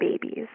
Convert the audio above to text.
babies